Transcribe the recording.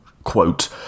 Quote